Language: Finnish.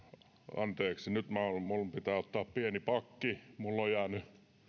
anteeksi nyt minun pitää ottaa pieni pakki minulla on jäänyt